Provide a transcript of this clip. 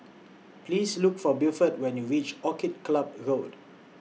Please Look For Buford when YOU REACH Orchid Club Road